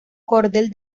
cordel